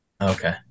Okay